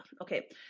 Okay